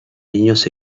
niños